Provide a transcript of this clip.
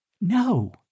No